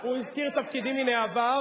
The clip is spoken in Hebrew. הוא הזכיר את תפקידי מן העבר,